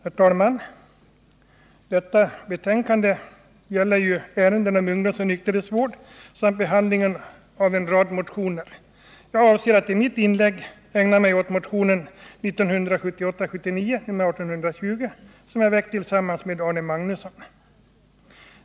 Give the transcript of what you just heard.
Herr talman! Detta betänkande gäller ärenden om ungdomsoch nykterhetsvård samt behandlar en rad motioner. Jag avser att i mitt inlägg ägna mig åt motionen 1978/79:1820, som jag har väckt tillsammans med Arne Magnusson.